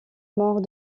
mort